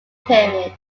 period